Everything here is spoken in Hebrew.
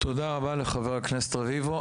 תודה רבה לחבר הכנסת רביבו.